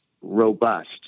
robust